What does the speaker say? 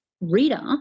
reader